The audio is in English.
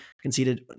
conceded